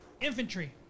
infantry